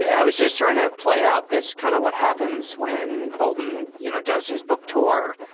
i was just trying to play out this kind of what happens when bolton you know does his book tour.